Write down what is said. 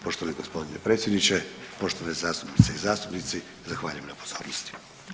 Poštovani g. predsjedniče, poštovane zastupnice i zastupnici zahvaljujem na pozornosti.